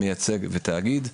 מייצג ותאגיד.